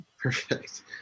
Perfect